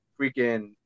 freaking